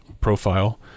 profile